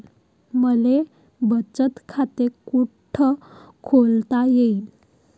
मले बचत खाते कुठ खोलता येईन?